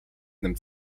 nimmt